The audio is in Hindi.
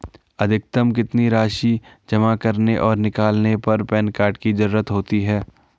अधिकतम कितनी राशि जमा करने और निकालने पर पैन कार्ड की ज़रूरत होती है?